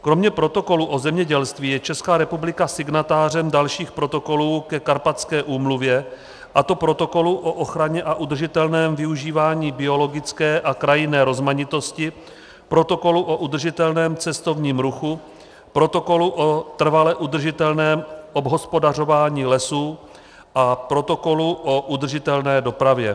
Kromě protokolu o zemědělství je Česká republika signatářem dalších protokolů ke Karpatské úmluvě, a to Protokolu o ochraně a udržitelném využíváním biologické a krajinné rozmanitosti, Protokolu o udržitelném cestovním ruchu, Protokolu o trvale udržitelném obhospodařování lesů a Protokolu o udržitelné dopravě.